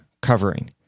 covering